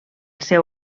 seu